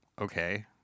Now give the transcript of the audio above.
okay